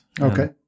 Okay